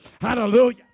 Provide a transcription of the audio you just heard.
Hallelujah